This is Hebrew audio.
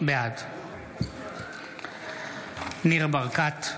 בעד ניר ברקת,